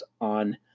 on